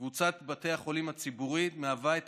קבוצת בתי החולים הציבוריים מהווה את